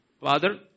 Father